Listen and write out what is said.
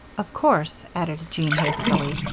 of course, added jean, hastily,